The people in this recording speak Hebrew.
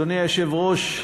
אדוני היושב-ראש,